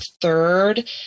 third